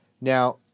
Now